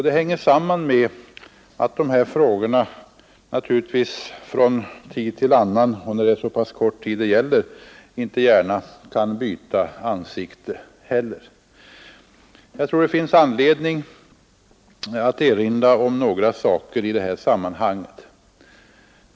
Det hänger samman med att dessa frågor inte gärna kan byta ansikte från tid till annan, när det är fråga om så pass korta intervaller som i dessa fall. Det kan dock finnas anledning att erinra om några saker i detta sammanhang.